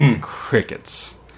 Crickets